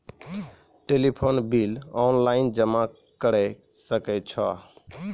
Telephone bill online जमा करै सकै छौ?